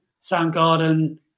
Soundgarden